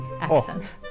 accent